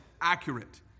accurate